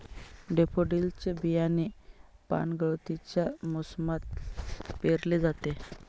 daffodils चे बियाणे पानगळतीच्या मोसमात पेरले जाते